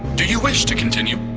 do you wish to continue?